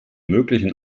möglichen